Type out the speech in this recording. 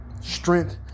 Strength